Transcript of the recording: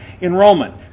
Enrollment